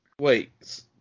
Wait